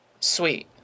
Sweet